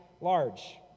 large